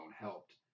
helped